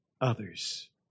others